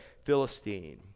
Philistine